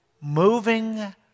Moving